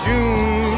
June